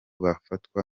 bafatwa